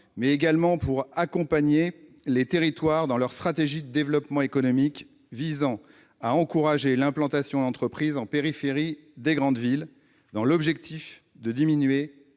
mais également pour accompagner les territoires dans leur stratégie de développement économique visant à encourager l'implantation d'entreprises en périphérie des grandes villes, dans l'objectif de diminuer